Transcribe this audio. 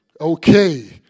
Okay